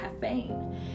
caffeine